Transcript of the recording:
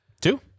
two